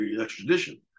extradition